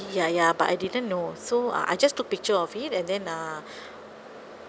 ya ya but I didn't know so uh I just took picture of it and then uh